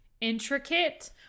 intricate